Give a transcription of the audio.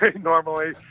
normally